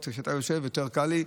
וכשאתה יושב יותר קל לי,